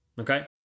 Okay